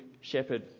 Shepherd